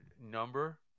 number